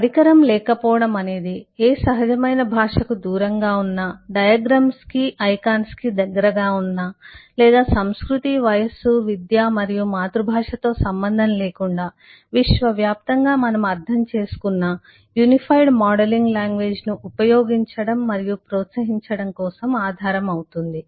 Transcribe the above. మరియు పరికరం లేకపోవడం అనేది ఏ సహజమైన భాషకు దూరంగా ఉన్న డయాగ్రమ్స్ కి ఐకాన్స్ కి చాలా దగ్గరగా ఉన్న లేదా సంస్కృతి వయస్సు విద్య మరియు మాతృభాషతో సంబంధం లేకుండా విశ్వవ్యాప్తంగా మనం అర్థం చేసుకున్న యూనిఫైడ్ మోడలింగ్ లాంగ్వేజ్ ను ఉపయోగించడం మరియు ప్రోత్సహించడం కోసం ఆధారం అవుతుంది